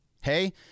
Hey